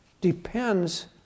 depends